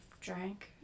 drank